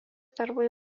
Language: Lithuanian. darbai